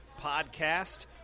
podcast